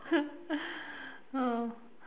oh